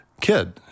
kid